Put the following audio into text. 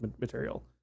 material